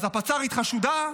אז הפצ"רית חשודה,